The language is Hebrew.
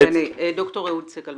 דוקטור אהוד סגל,